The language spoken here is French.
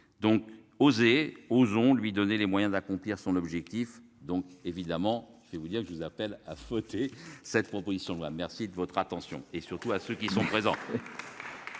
donc oser Ozon lui donner les moyens d'accomplir son objectif. Donc évidemment, je vais vous dire que je vous appelle à fauté. Cette proposition de loi. Merci de votre attention et surtout à ceux qui sont présents.